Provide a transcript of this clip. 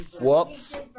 whoops